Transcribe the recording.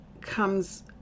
comes